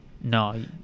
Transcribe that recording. No